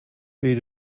fee